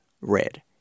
red